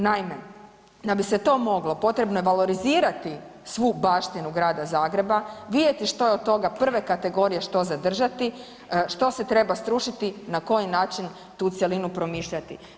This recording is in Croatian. Naime, da bi se to moglo potrebno je valorizirati svu baštinu Grada Zagreba vidjeti što je od toga prve kategorije, što zadržati, što se treba srušiti na koji način tu cjelinu promišljati.